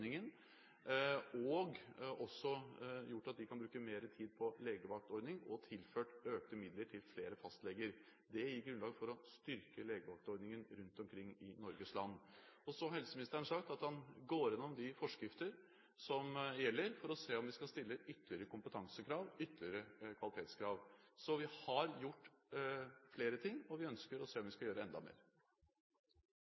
og også gjort at man kan bruke mer tid på legevaktordning, og vi har tilført økte midler til flere fastleger. Det gir grunnlag for å styrke legevaktordningen rundt omkring i Norges land. Helseministeren har sagt at han går gjennom de forskriftene som gjelder for å se om de skal stille ytterligere kompetansekrav, ytterligere kvalitetskrav. Så vi har gjort flere ting, og vi ønsker å se om vi